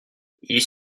ils